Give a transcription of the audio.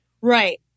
Right